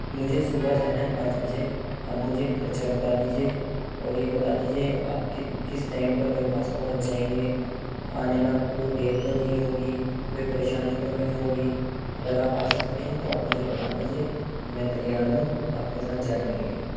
مجھے صبح جانا ہے پانچ بجے آپ مجھے خرچہ بتا دیجئے اور یہ بتا دیجئے آپ کت کس ٹائم پر میرے پاس پہنچ جائیں گے آنے میں آپ کو کوئی دیر تو نہیں ہوگی کوئی پریشانی تو نہیں ہوگی اگر آپ آ سکتے ہیں تو آپ مجھے بتا دیجئے میں تیار ہوں آپ کے ساتھ جانے کے لیے